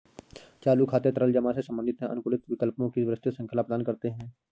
चालू खाते तरल जमा से संबंधित हैं, अनुकूलित विकल्पों की विस्तृत श्रृंखला प्रदान करते हैं